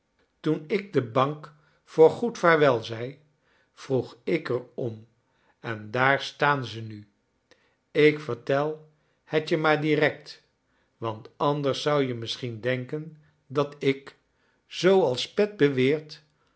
toen ik de bank voor goed vaarwel zei vroeg ik er om en daar staan ze nu ik vertel het je maar direct want anders zou je misschien denken dat ik zoocharles dickens als pet beweert